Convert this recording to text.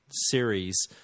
series